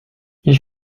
ils